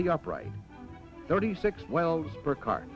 the upright thirty six wells per car